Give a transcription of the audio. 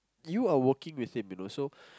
you are working with him you know so